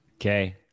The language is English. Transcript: Okay